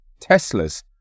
Teslas